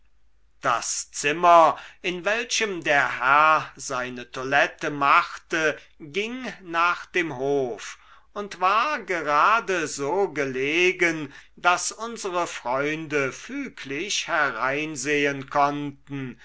das zimmer in welchem der herr seine toilette machte ging nach dem hof und war gerade so gelegen daß unsere freunde füglich hereinsehen konnten